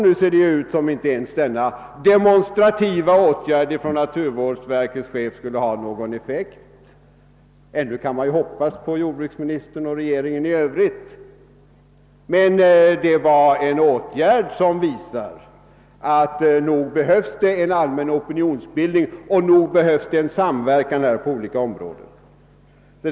Nu ser det ut som om inte ens denna demonstrativa åtgärd av naturvårdsverkets chef skulle ha någon effekt; ännu kan vi kanske hoppas på jordbruksministern och regeringen i Övrigt. Detta var dock en åtgärd som visade att det behövs en allmän opinionsbildning och samverkan på olika områden.